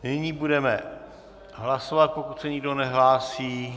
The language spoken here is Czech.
Nyní budeme hlasovat, pokud se nikdo nehlásí.